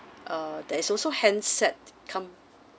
uh that is also handset come